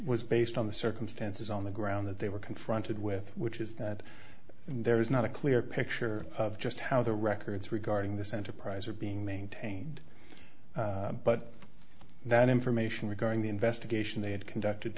was based on the circumstances on the ground that they were confronted with which is that there is not a clear picture of just how the records regarding this enterprise are being maintained but that information regarding the investigation they had conducted